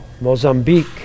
Mozambique